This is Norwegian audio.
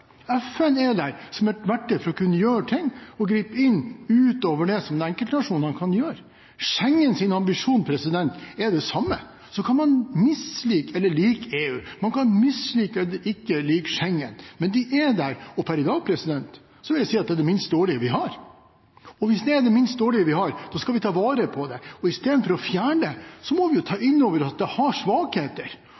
FN? FN er der som et verktøy for å kunne gjøre ting og gripe inn utover det som enkeltnasjoner kan gjøre. Schengens ambisjon er det samme. Så kan man mislike eller like EU. Man kan mislike eller like Schengen. Men de er der, og per i dag vil jeg si at det er det minst dårlige vi har. Og hvis det er det minst dårlige vi har, skal vi ta vare på det. Istedenfor å fjerne det må vi ta inn over oss at det har svakheter. Og så må vi